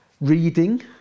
Reading